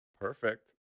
Perfect